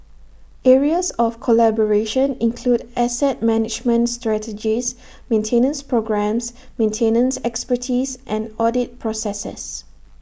areas of collaboration include asset management strategies maintenance programmes maintenance expertise and audit processes